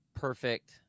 perfect